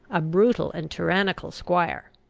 a brutal and tyrannical squire.